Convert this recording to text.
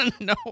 no